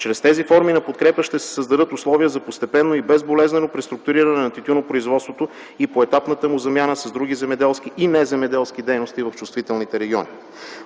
Чрез тези форми на подкрепа ще се създадат условия за постепенно и безболезнено преструктуриране на тютюнопроизводството и поетапната му замяна с други земеделски и неземеделски дейности в чувствителните райони.